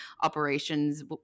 operations